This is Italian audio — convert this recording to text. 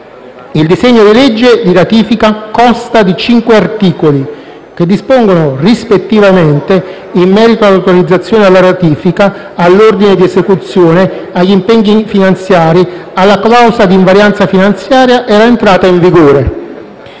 Il disegno di legge di ratifica consta di cinque articoli che dispongono, rispettivamente, in merito all'autorizzazione alla ratifica, all'ordine di esecuzione, agli impegni finanziari, alla clausola di invarianza finanziaria e all'entrata in vigore.